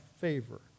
favor